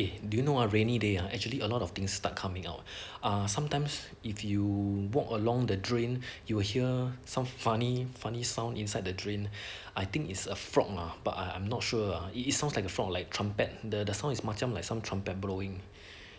eh do you know ah rainy day are actually a lot of things start coming out ah sometimes if you walk along the drain you will hear some funny funny sound inside the drain I think it's a frog lah but I I'm not sure uh it sounds like a frog like trumpet the the sound is macam like some trumpet blowing